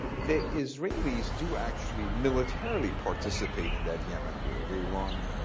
the israelis do actually militarily participate in that yemen war. they run